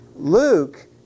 Luke